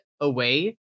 away